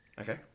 Okay